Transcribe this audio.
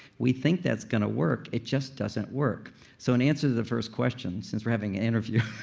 we think that's gonna work. it just doesn't work so in answer to the first question, since we're having an interview.